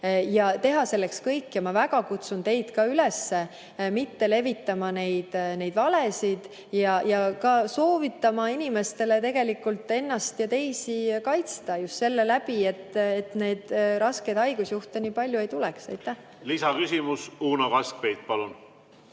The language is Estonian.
teha selleks kõik. Ma kutsun teid üles mitte levitama neid valesid ja soovitama inimestele ennast ja teisi kaitsta just selle kaudu, et neid rasked haigusjuhte nii palju ei tuleks. Lisaküsimus. Uno Kaskpeit, palun!